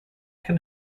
can